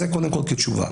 זאת קודם כול כתשובה.